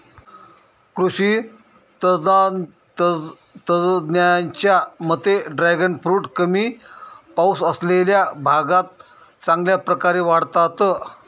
कृषी तज्ज्ञांच्या मते ड्रॅगन फ्रूट कमी पाऊस असलेल्या भागात चांगल्या प्रकारे वाढतात